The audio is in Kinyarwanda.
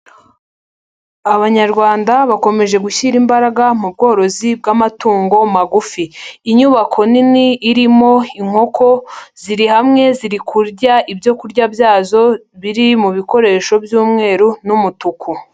Abanyarwanda bakomeje gushyira imbaraga mu bworozi bw'amatungo magufi. Inyubako nini irimo inkoko, ziri hamwe ziri kurya ibyo kurya byazo, biri mu bikoresho by'umweru n'umutuku.